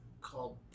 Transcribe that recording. called